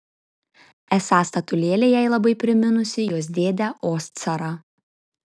esą statulėlė jai labai priminusi jos dėdę oscarą